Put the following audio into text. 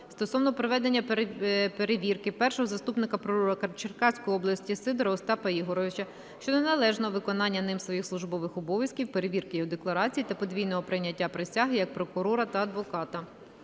стосовно проведення перевірки першого заступника прокурора Черкаської області Сидора Остапа Ігоровича щодо неналежного виконання ним своїх службових обов'язків, перевірки його декларації та подвійного прийняття присяги як прокурора та адвоката.